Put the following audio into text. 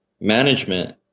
management